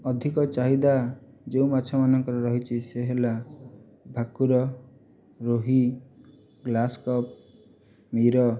ଅଧିକ ଚାହିଦା ଯେଉଁ ମାଛମାନଙ୍କର ରହିଛି ସେ ହେଲା ଭାକୁର ରୋହି ଗ୍ଲାସ୍କପ ବିର